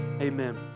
amen